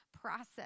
process